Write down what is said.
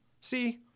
See